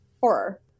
horror